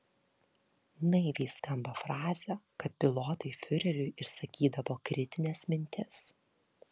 naiviai skamba frazė kad pilotai fiureriui išsakydavo kritines mintis